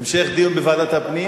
המשך דיון בוועדת הפנים?